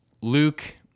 Luke